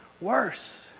worse